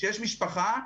שיש משפחה,